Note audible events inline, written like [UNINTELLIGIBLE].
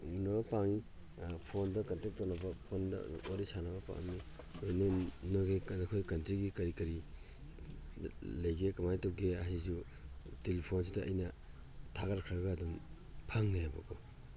ꯎꯅꯕ ꯄꯥꯝꯃꯤ ꯐꯣꯟꯗ ꯀꯟꯇꯦꯛ ꯇꯧꯅꯕ ꯐꯣꯟꯗ ꯋꯥꯔꯤ ꯁꯥꯟꯅꯕ ꯄꯥꯝꯃꯤ [UNINTELLIGIBLE] ꯑꯩꯈꯣꯏ ꯀꯟꯇ꯭ꯔꯤꯒꯤ ꯀꯔꯤ ꯀꯔꯤ ꯂꯩꯒꯦ ꯀꯃꯥꯏꯅ ꯇꯧꯒꯦ ꯑꯩꯁꯨ ꯇꯤꯂꯤꯐꯣꯟꯁꯤꯗ ꯑꯩꯅ ꯊꯥꯒꯠꯈ꯭ꯔꯒ ꯑꯗꯨꯝ ꯐꯪꯉꯦꯕꯀꯣ